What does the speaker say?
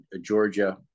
Georgia